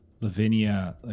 Lavinia